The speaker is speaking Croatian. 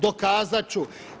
Dokazat ću.